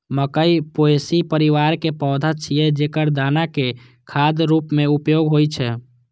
मकइ पोएसी परिवार के पौधा छियै, जेकर दानाक खाद्य रूप मे उपयोग होइ छै